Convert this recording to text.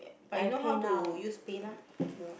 but you know how to use PayLah no